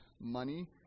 money